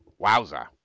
wowza